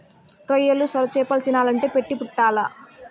రొయ్యలు, సొరచేపలు తినాలంటే పెట్టి పుట్టాల్ల